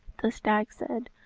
the stag said,